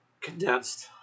condensed